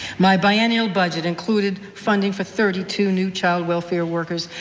my biennial budget included funding for thirty two new child welfare workers.